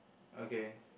okay